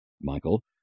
Michael